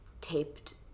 taped